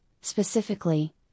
specifically